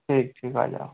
ठीक ठीक आ जाओ